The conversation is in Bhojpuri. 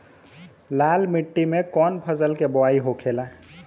लाल मिट्टी में कौन फसल के बोवाई होखेला?